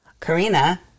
Karina